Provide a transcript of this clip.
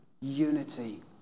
unity